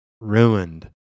ruined